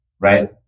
right